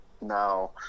Now